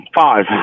Five